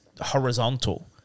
horizontal